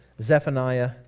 Zephaniah